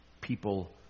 People